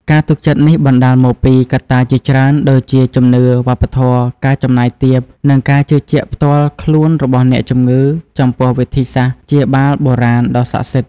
ការទុកចិត្តនេះបណ្តាលមកពីកត្តាជាច្រើនដូចជា ជំនឿ វប្បធម៌ ការចំណាយទាប និងការជឿជាក់ផ្ទាល់ខ្លួនរបស់អ្នកជំងឺចំពោះវិធីសាស្ត្រព្យាបាលបុរាណដ៏ស័ក្តិសិទ្ធិ។